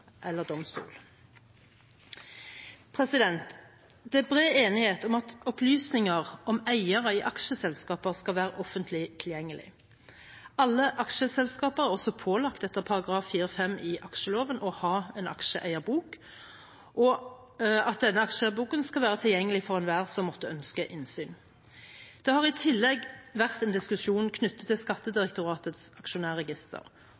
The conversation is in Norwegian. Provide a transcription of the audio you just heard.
eller domstol. Det er bred enighet om at opplysninger om eiere i aksjeselskaper skal være offentlig tilgjengelig. Alle aksjeselskaper er også pålagt etter § 4-5. i aksjeloven å ha en aksjeeierbok, og denne aksjeeierboken skal være tilgjengelig for enhver som måtte ønske innsyn. Det har i tillegg vært en diskusjon knyttet til